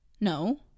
No